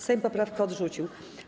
Sejm poprawkę odrzucił.